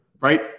Right